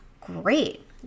great